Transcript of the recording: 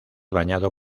bañado